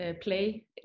play